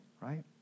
right